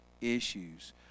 issues